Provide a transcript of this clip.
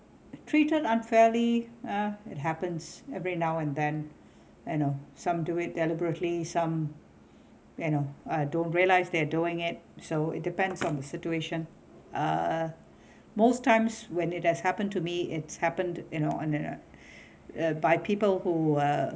treated unfairly uh it happens every now and then you know some do it deliberately some you know uh don't realise they're doing it so it depends on the situation uh most times when it has happened to me it's happened you know on a uh by people who are